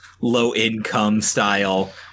low-income-style